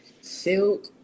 Silk